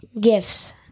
Gifts